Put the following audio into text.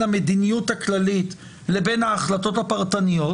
המדיניות הכללית לבין ההחלטות הפרטניות.